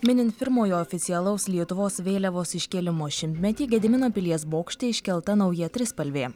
minint pirmojo oficialaus lietuvos vėliavos iškėlimo šimtmetį gedimino pilies bokšte iškelta nauja trispalvė